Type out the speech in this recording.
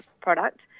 product